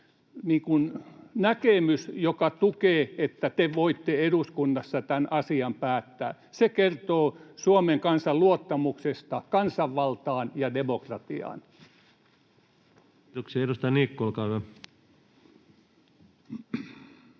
näkemys, joka tukee sitä, että te voitte eduskunnassa tämän asian päättää. Se kertoo Suomen kansan luottamuksesta kansanvaltaan ja demokratiaan. Kiitoksia. — Edustaja Niikko, olkaa hyvä.